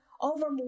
over